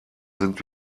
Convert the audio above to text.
sind